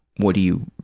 what do you